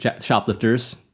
Shoplifters